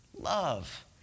Love